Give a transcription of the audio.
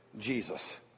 Jesus